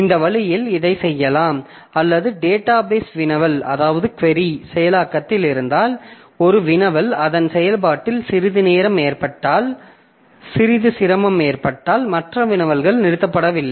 இந்த வழியில் இதைச் செய்யலாம் அல்லது டேட்டாபேஸ் வினவல் செயலாக்கத்தில் இருந்தால் ஒரு வினவல் அதன் செயல்பாட்டில் சிறிது சிரமம் ஏற்பட்டால் மற்ற வினவல்கள் நிறுத்தப்படவில்லை